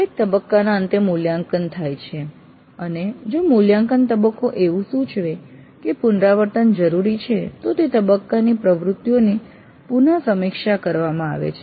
દરેક તબક્કાના અંતે મૂલ્યાંકન થાય છે અને જો મૂલ્યાંકનનો તબક્કો એવું સૂચવે કે પુનરાવર્તન જરૂરી છે તો તે તબક્કાની પ્રવૃત્તિઓની પુન સમીક્ષા કરવામાં આવે છે